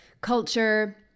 culture